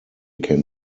can